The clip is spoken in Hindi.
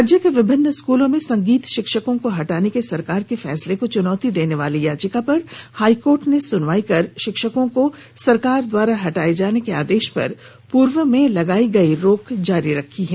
राज्य के विभिन्न स्कूलों में संगीत शिक्षकों को हटाने के सरकार के फैसले को चुनौती देने वाली याचिका पर हाइकोर्ट ने सुनवाई कर शिक्षकों को सरकार द्वारा हटाए जाने के आदेश पर पूर्व में लगाई गई रोक को जारी रखा है